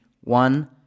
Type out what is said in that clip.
one